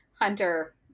hunter